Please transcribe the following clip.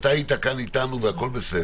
ואתה היית כאן אתנו והכול בסדר.